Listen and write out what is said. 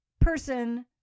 person